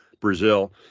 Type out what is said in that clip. Brazil